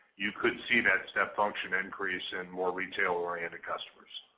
you could see that step function increase in more retailer oriented customers.